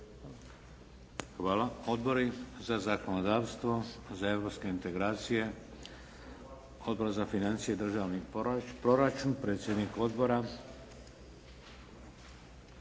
Hvala. Odbori za zakonodavstvo, za europske integracije? Odbor za financije i državni proračun predsjednik odbora